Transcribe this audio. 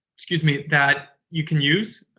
excuse me, that you can use.